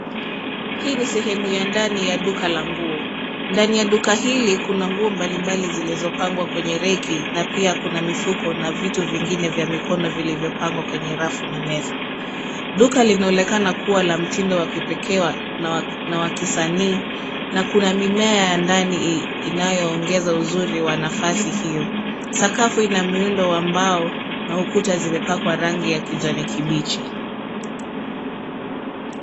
Hii ni sehemu ya ndani ya duka la nguo. Ndani ya duka hili kuna nguo mbalimbali zilzo pangwa kwenye reki na pia kuna mifuko na vitu vingine vya mikono vilivyo pangwa kwenye rafu na meza. Duka linaonekana kuwa la mtindo wa kipekee na wa kisanii na kuna mimea ya ndani inayoongeza uzuri wa nafasi hio. Sakafu ina miundo wa mbao na ukuta zimepakwa rangi ya kijani kibichi.